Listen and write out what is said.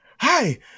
hi